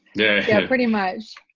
yeah yeah pretty much.